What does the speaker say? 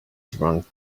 drank